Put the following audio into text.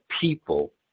people